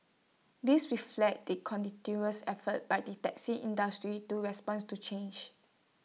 this reflects the continuous efforts by the taxi industry to respond to changes